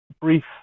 brief